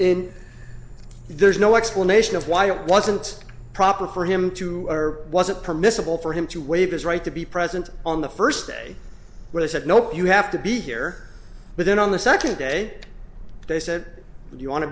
in there's no explanation of why it wasn't proper for him to our wasn't permissible for him to waive his right to be present on the first day when he said no you have to be here but then on the second day they said do you want to